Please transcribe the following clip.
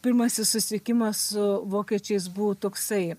pirmasis susikimas su vokiečiais buvo toksai